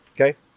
Okay